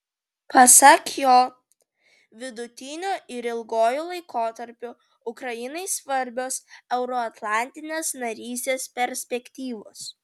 pasak jo vidutiniu ir ilguoju laikotarpiu ukrainai svarbios euroatlantinės narystės perspektyvos